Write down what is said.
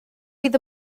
fydd